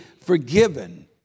forgiven